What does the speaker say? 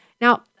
Now